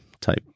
type